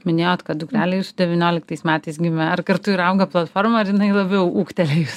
minėjot kad dukrelė jūsų devynioliktais metais gimė ar kartu ir auga platforma ir jinai labiau ūgtelėjus